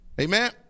Amen